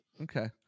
Okay